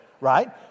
right